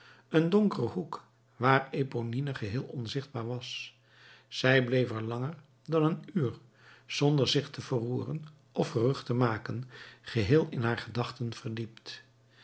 een donkere hoek waar eponine geheel onzichtbaar was zij bleef er langer dan een uur zonder zich te verroeren of gerucht te maken geheel in haar gedachten verdiept